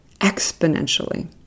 exponentially